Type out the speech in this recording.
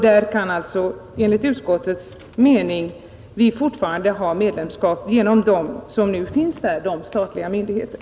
Där kan vi enligt utskottets mening fortfarande ha medlemskap genom de statliga verken, naturvårdsverket och domänverket.